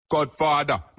Godfather